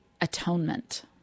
atonement